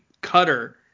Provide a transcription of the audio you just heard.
Cutter